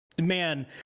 Man